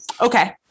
Okay